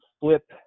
flip